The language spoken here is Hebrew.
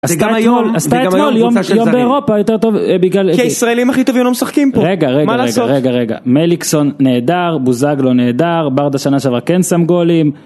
עשתה אתמול, יום באירופה יותר טוב בגלל... -כי הישראלים הכי טובים לא משחקים פה, מה לעשות? -רגע, רגע, רגע, רגע, רגע. מליקסון נהדר, בוזגלו נהדר, ברדה שנה שעברה כן שם גולים